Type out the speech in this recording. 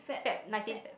Feb nineteen Feb